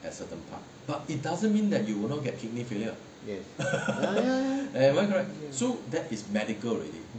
yes ya ya ya